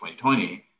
2020